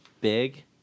Big